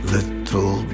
Little